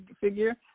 figure